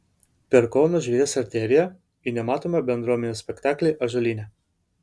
per kauno žvėries arteriją į nematomą bendruomenių spektaklį ąžuolyne